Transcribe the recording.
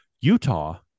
Utah